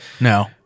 No